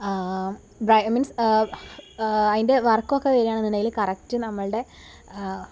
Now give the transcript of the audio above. means അതിൻ്റെ വർക്കൊക്കെ വരികയാണെന്നുണ്ടെങ്കില് കറക്റ്റ് നമ്മളുടെ